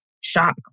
shop